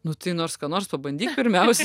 nu tai nors ką nors pabandyk pirmiausia